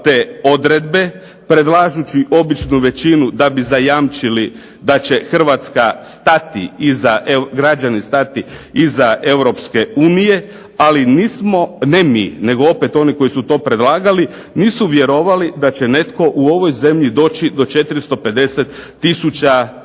te odredbe predlažući običnu većinu da bi zajamčili da će građani stati iza Europske unije, ali nismo, ne mi nego opet oni koji su to predlagali, nisu vjerovali da će netko u ovoj zemlji doći do 450 tisuća